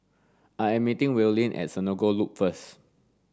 I am meeting Willene at Senoko Loop first